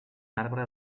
arbre